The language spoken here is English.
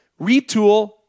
Retool